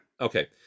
Okay